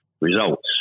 results